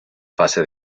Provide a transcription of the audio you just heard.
fase